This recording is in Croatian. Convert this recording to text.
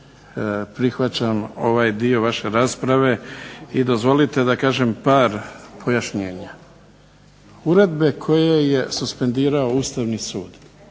prihvaćam ovaj dio vaše rasprave i dozvolite da kažem par pojašnjenja. Uredbe koje je suspendirao Ustavni sud